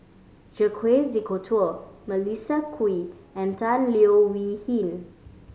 Jacques De Coutre Melissa Kwee and Tan Leo Wee Hin